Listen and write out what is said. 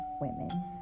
women